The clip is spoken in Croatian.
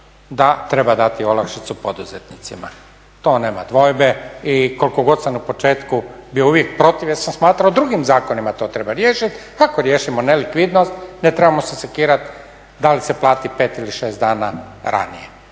da treba dati olakšicu poduzetnicima, to nema dvojbe i koliko god sam na početku bio uvijek protiv jer sam smatrao da drugim zakonima to treba riješiti, ako riješimo nelikvidnost ne trebamo se sekirati da li se plati 5 ili 6 dana ranije.